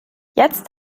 jetzt